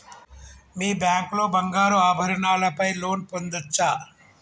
మీ bank లో బంగారు ఆభరణాల పై లోన్ పొందచ్చా?